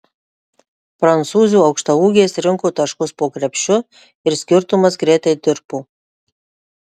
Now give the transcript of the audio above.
prancūzių aukštaūgės rinko taškus po krepšiu ir skirtumas greitai tirpo